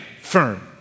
firm